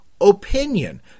opinion